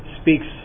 speaks